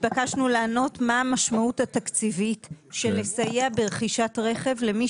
התבקשנו לענות מה המשמעות התקציבית של לסייע ברכישת רכב למי